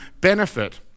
benefit